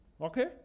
Okay